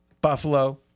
Buffalo